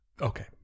Okay